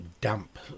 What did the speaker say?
damp